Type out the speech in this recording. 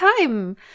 time